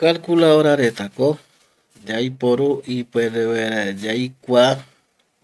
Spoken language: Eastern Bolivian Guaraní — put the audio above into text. Kalculadora retako yaiporu ipuere vaera yaikua